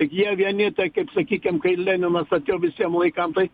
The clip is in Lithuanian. jie vieni tai kaip sakykim kai leninas atėjo visiem laikam tai